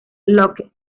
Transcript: locke